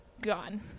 gone